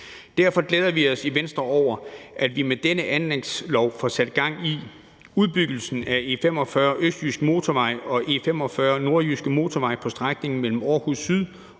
Derfor glæder vi os i Venstre over, at vi med denne anlægslov får sat gang i udbyggelsen af E45 Østjyske Motorvej og E45 Nordjyske Motorvej på strækningen mellem Aarhus Syd